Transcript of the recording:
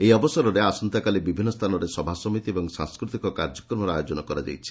ଏହି ଅବସରରେ ଆସନ୍ତାକାଲି ବିଭିନ୍ନ ସ୍ଚାନରେ ସଭାସମିତି ଏବଂ ସାଂସ୍କୁତିକ କାର୍ଯ୍ୟକୁମର ଆୟୋଜନ କରାଯାଇଛି